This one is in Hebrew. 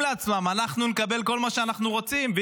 לעצמם: אנחנו נקבל כל מה שאנחנו רוצים.